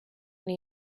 and